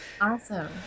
Awesome